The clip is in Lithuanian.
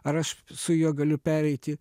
ar aš su juo galiu pereiti